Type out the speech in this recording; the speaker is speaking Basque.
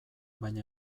baina